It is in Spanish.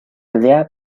aldea